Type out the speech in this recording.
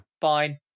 Fine